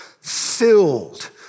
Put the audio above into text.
filled